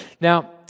Now